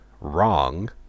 wrong